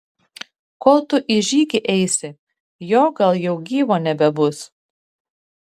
kol tu į žygį eisi jo gal jau gyvo nebebus